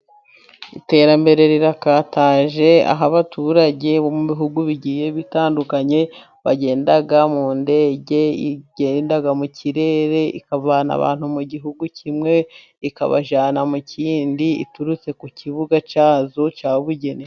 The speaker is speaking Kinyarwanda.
Iterambere rirakataje aho abaturage bo mu bihugu bigiye bitandukanye, bagenda mu ndege igenda mu kirere ikavana abantu mu gihugu kimwe ikabajyana mu kindi, iturutse ku kibuga cyazo cya bugenewe.